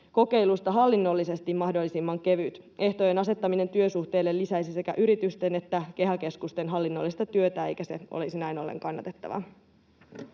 rekrytukikokeilusta hallinnollisesti mahdollisimman kevyt. Ehtojen asettaminen työsuhteille lisäisi sekä yritysten että KEHA-keskusten hallinnollista työtä, eikä se olisi näin ollen kannatettavaa.